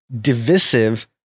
divisive